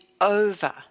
over